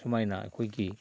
ꯁꯨꯃꯥꯏꯅ ꯑꯩꯈꯣꯏꯒꯤ